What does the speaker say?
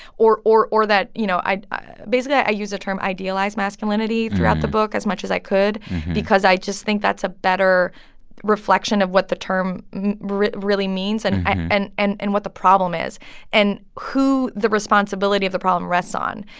or or that, you know, i i basically, i use the term idealized masculinity throughout the book as much as i could because i just think that's a better reflection of what the term really really means and and and and what the problem is and who the responsibility of the problem rests ah on.